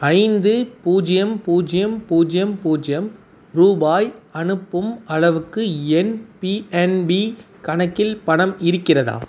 ஐந்து பூஜ்யம் பூஜ்யம் பூஜ்யம் பூஜ்யம் ரூபாய் அனுப்பும் அளவுக்கு என் பிஎன்பி கணக்கில் பணம் இருக்கிறதா